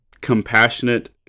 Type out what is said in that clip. compassionate